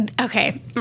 Okay